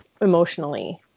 emotionally